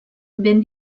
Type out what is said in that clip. ben